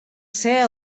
ser